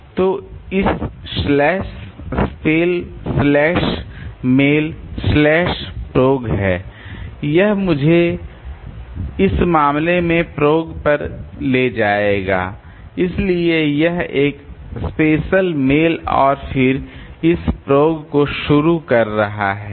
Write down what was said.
तो इस slash spell slash mail slash prog है यह मुझे इस मामले में प्रोग पर ले जाएगा इसलिए यह एक स्पेल मेल और फिर इस प्रोग को शुरू कर रहा है